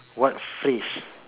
what phrase